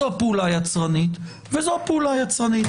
זו פעולה יצרנית וזו פעולה יצרנית,